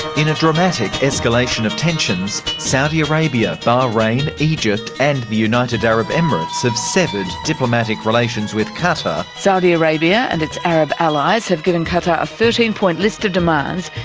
in a dramatic escalation of tensions, saudi arabia bahrain, egypt and the united arab emirates have severed diplomatic relations with qatar. saudi arabia and its arab allies have given qatar a thirteen point list of demands.